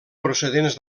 procedents